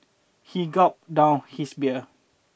he gulped down his beer